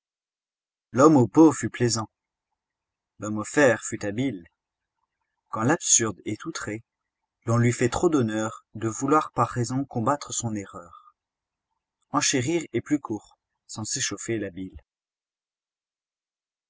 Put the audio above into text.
l'homme au pot fut plaisant l'homme au fer fut habile quand l'absurde est outré l'on lui fait trop d'honneur de vouloir par raison combattre son erreur enchérir est plus court sans s'échauffer la bile